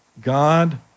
God